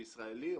ישראלי,